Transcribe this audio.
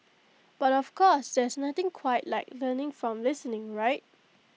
but of course there's nothing quite like learning from listening right